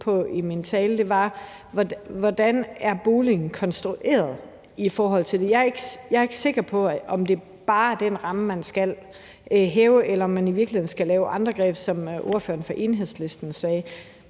på i min tale, nemlig: Hvordan er boligen konstrueret i forhold til det? Jeg er ikke sikker på, om det bare er sådan, at det er den ramme, man skal hæve, eller om man i virkeligheden skal lave andre greb, som ordføreren fra Enhedslisten sagde.